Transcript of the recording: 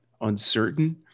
uncertain